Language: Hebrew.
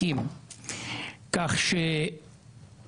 פשוט הזיה.